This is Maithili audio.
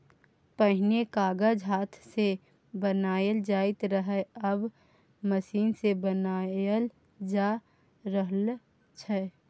पहिने कागत हाथ सँ बनाएल जाइत रहय आब मशीन सँ बनाएल जा रहल छै